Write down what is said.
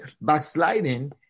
backsliding